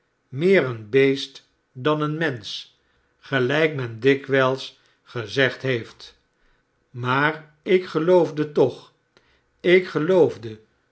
meer een beest dan een mensch elijk men dikwijls gezegd heeft maar ik geloofde toch ik geloofde